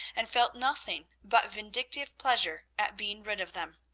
and felt nothing but vindictive pleasure at being rid of them.